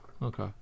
Okay